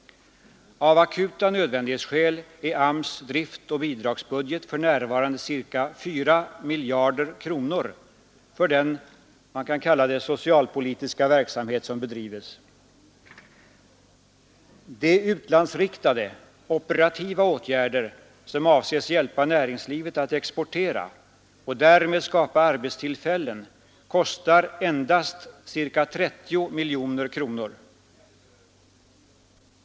Av akuta nödvändighetsskäl är AMS:s driftoch bidragsbudget för närvarande ca 4 miljarder kronor för den — kan man kalla det — socialpolitiska verksamhet som bedrivs. De utlandsriktade operativa åtgärder som avses hjälpa näringslivet att exportera — och därmed skapa arbetstillfällen — får för närvarande kosta endast ca 30 miljoner kronor.